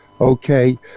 okay